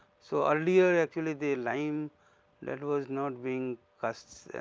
so, earlier actually the lime that was not being caust